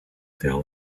tell